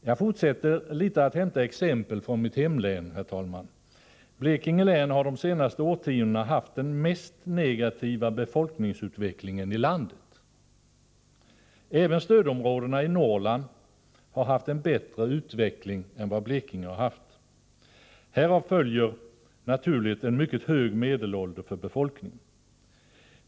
Jag fortsätter att hämta exempel från mitt hemlän, herr talman. Blekinge län har det senaste årtiondet haft den mest negativa befolkningsutvecklingen ilandet. Även stödområdena i Norrland har haft en bättre utveckling än vad Blekinge har haft. Härav följer naturligt en mycket hög medelålder hos befolkningen.